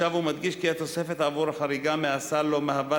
אני שב ומדגיש כי התוספת עבור החריגה מהסל לא מהווה